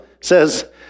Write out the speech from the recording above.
says